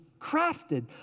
crafted